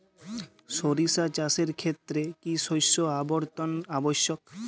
সরিষা চাষের ক্ষেত্রে কি শস্য আবর্তন আবশ্যক?